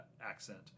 accent